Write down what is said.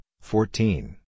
fourteen